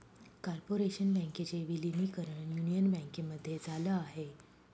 corporation बँकेचे विलीनीकरण union बँकेमध्ये झाल आहे